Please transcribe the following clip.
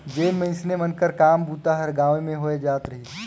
जेन मइनसे मन कर काम बूता हर गाँवे घरे होए जात रहिस